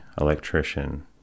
electrician